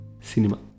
Cinema